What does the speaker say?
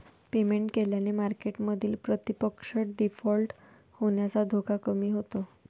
payment केल्याने मार्केटमधील प्रतिपक्ष डिफॉल्ट होण्याचा धोका कमी होतो